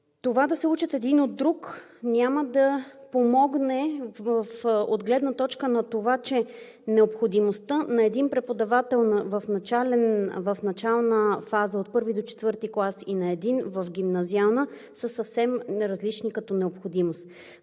това да се учат един от друг няма да помогне от гледна точка на това, че необходимостта на един преподавател в начална фаза от I до IV клас и на един в гимназиална са съвсем различни като необходимост.